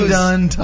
done